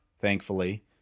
thankfully